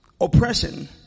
oppression